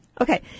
okay